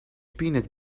peanut